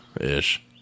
Ish